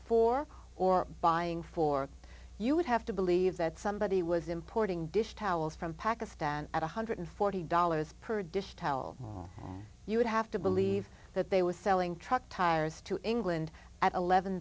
for or buying for you would have to believe that somebody was importing dish towels from pakistan at one hundred and forty dollars per dish towel you would have to believe that they were selling truck tires to england at eleven